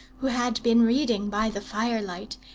who had been reading by the firelight,